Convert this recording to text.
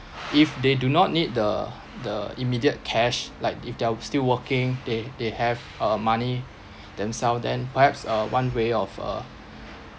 if they do not need the the immediate cash like if they're still working they they have uh money themselves then perhaps uh one way of uh